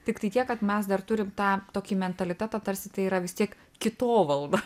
tiktai tiek kad mes dar turim tą tokį mentalitetą tarsi tai yra vis tiek kito valda